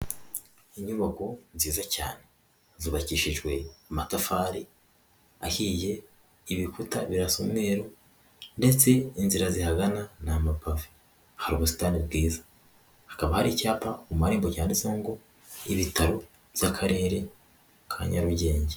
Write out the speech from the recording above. Inyubako nziza cyane, zubakishijwe amatafari ahiye, ibikuta birasa umweru ndetse inzira zihagana ni amapave, hari ubusitani bwiza, hakaba hari icyapa mu marembo cyanditseho ngo: "Ibitaro by'Akarere ka Nyarugenge."